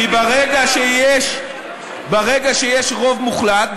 כי ברגע שיש רוב מוחלט,